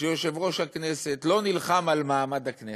כשיושב-ראש הכנסת לא נלחם על מעמד הכנסת,